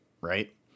right